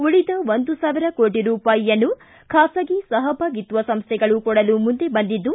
ಉಳಿದ ಒಂದು ಸಾವಿರ ಕೋಟ ರೂಪಾಯಿಯನ್ನು ಖಾಸಗಿ ಸಹಭಾಗಿತ್ವ ಸಂಸ್ಥೆಗಳು ಕೊಡಲು ಮುಂದೆ ಬಂದಿದ್ದು